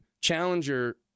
challenger